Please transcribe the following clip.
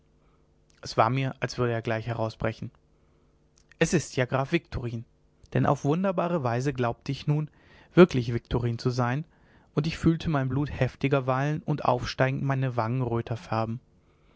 es war mir als würde er gleich herausbrechen es ist ja graf viktorin denn auf wunderbare weise glaubte ich nun wirklich viktorin zu sein und ich fühlte mein blut heftiger wallen und aufsteigend meine wangen röter färben